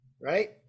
right